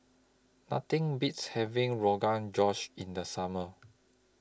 Nothing Beats having Rogan Josh in The Summer